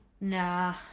Nah